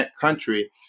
Country